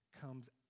comes